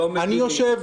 תקשיב,